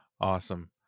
Awesome